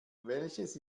welches